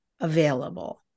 available